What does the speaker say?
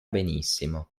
benissimo